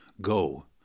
go